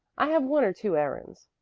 i have one or two errands.